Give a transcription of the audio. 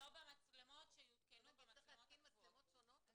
לא במצלמות שיותקנו, במצלמות הקבועות.